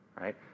right